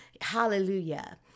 Hallelujah